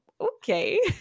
okay